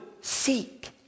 seek